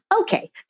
Okay